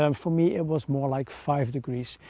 um for me it was more like five degrees.